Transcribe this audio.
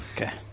Okay